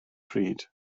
pryd